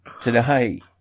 today